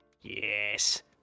yes